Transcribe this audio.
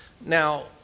Now